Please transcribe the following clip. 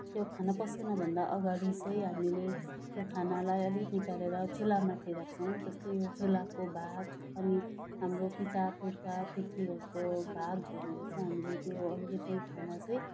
त्यो खाना पस्किनभन्दा अगाडि चाहिँ हामीले त्यो खानालाई अलिकति निकालेर चुलामाथि राख्छौँ जस्तै चुलाको भाग अनि हाम्रो पितापुर्खा पितृहरूको भाग भनेर चाहिँ हामीले त्यो अलिकति खाना चाहिँ